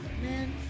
man